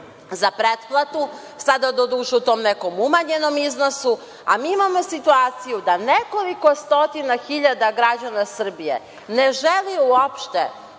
za pretplatu, sada do duše, u tom nekom umanjenom iznosu, a mi imamo situaciju da nekoliko stotina hiljada građana Srbije ne želi uopšte